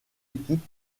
équipes